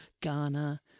Ghana